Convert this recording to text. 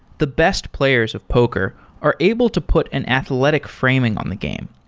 the best players of poker are able to put an athletic framing on the game.